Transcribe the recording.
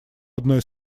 одной